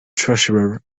treasurer